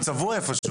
להיות צבוע איפשהו.